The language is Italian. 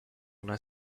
una